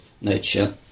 nature